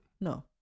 No